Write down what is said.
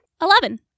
Eleven